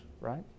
right